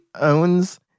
owns